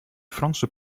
franse